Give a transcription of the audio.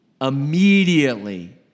Immediately